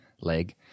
leg